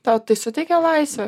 tau tai suteikia laisvę